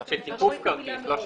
ההגדרה "תיקוף כרטיס".